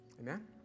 Amen